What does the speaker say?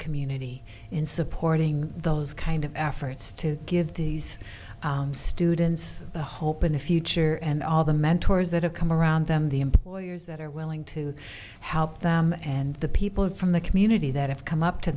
community in supporting those kind of efforts to give these students the hope in the future and all the mentors that have come around them the employers that are willing to help them and the people from the community that have come up to